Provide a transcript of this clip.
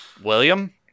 William